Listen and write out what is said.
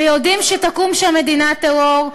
ויודעים שתקום שם מדינת טרור,